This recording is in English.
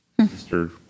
Mr